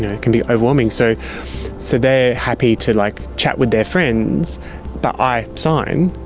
it can be overwhelming. so so they are happy to like chat with their friends but i sign.